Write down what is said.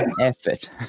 effort